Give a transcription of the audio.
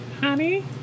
Honey